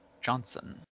Johnson